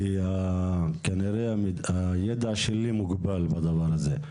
כי כנראה הידע שלי מוגבל בדבר הזה.